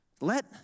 Let